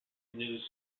news